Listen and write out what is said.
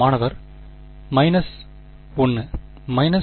மாணவர் 1